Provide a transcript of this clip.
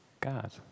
God